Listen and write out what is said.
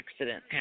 accident